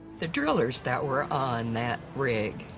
the drillers that were on that rig,